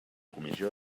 comissió